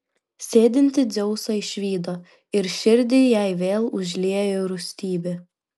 sėdintį dzeusą išvydo ir širdį jai vėl užliejo rūstybė